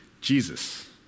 Jesus